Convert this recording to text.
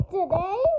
Today